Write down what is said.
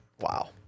Wow